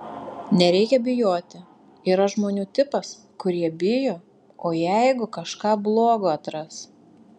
nereikia bijoti yra žmonių tipas kurie bijo o jeigu kažką blogo atras